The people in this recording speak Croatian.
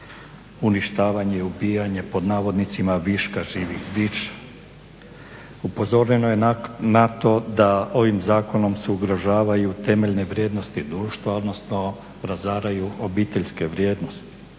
uništavanje, "ubijanje" viška živih bića, upozoreno je na to da ovim zakonom ugrožavaju temeljne vrijednosti društva odnosno razaraju obiteljske vrijednosti,